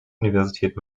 universität